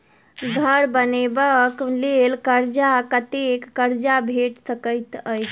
घर बनबे कऽ लेल कर्जा कत्ते कर्जा भेट सकय छई?